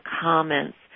comments